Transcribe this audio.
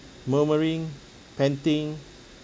murmuring panting